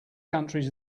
countries